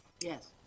Yes